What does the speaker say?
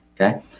okay